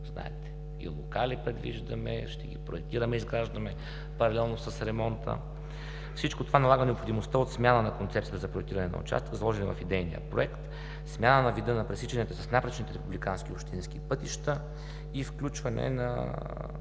Знаете, предвиждаме локали, ще ги проектираме и изграждаме паралелно с ремонта. Всичко това налага необходимостта от смяна на концепцията за проектиране на участъка, заложена в идейния проект, смяна на вида на пресичанията с напречните републикански и общински пътища и включване